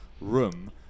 room